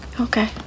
Okay